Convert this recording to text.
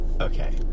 okay